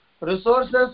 resources